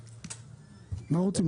לאזרחים,